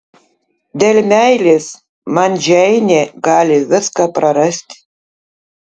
dėl meilės man džeinė gali viską prarasti